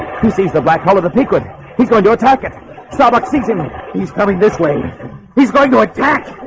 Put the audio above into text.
who sees the black hole of the sequin he's going to attack it starbucks easily. you know he's coming this way he's going to attack